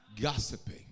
gossiping